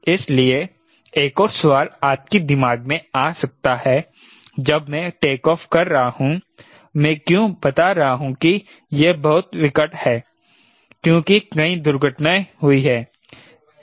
इसलिए एक और सवाल आपके दिमाग में आ सकता है जब मैं टेकऑफ़ कर रहा हूं मैं क्यों बता रहा हूं कि यह बहुत विकट है क्योंकि कई दुर्घटनाएं हुई हैं